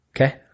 Okay